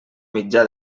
mitjà